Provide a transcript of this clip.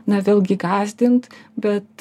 na vėlgi gąsdint bet